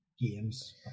games